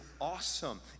awesome